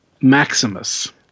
Maximus